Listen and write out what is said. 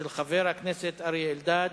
התשס”ט 2009, של חבר הכנסת אריה אלדד.